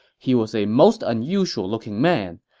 he was a most unusual looking man.